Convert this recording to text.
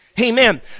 amen